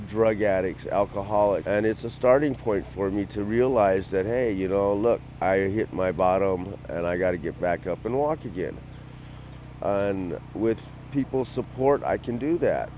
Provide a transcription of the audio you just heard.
drug addicts alcoholics and it's a starting point for me to realize that hey you know i hit my bottom and i got to get back up and walk again and with people support i can do that